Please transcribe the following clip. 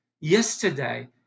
Yesterday